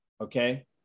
Okay